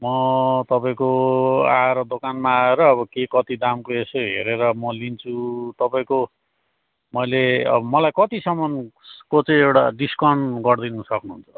म तपाईँको आर दोकानमा आएर अब के कति दामको यसो हेरेर म लिन्छु तपाईँको मैले अब मलाई कतिसम्मको चाहिँ एउटा डिस्काउन्ट गरिदिन सक्नुहुन्छ